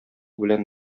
белән